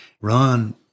run